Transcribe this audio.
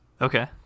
Okay